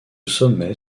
sommet